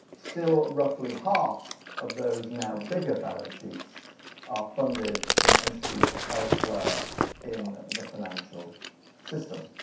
still roughly half of those now bigger balance sheets are funded from entities elsewhere in the financial system.